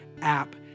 app